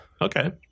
Okay